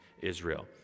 Israel